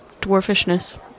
dwarfishness